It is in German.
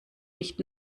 nicht